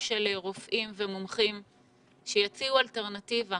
של רופאים ומומחים שיציעו אלטרנטיבה